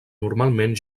normalment